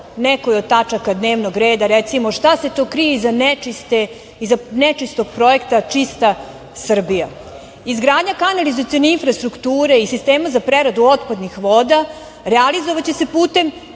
nekoj od tačaka dnevnog reda, recimo, šta se to krije iza nečistog projekta „Čista Srbija“. Izgradnja kanalizacione infrastrukture i sistema za preradu otpadnih voda realizovaće se putem